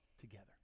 together